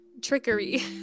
trickery